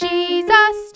Jesus